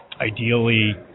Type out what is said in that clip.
ideally